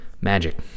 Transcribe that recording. magic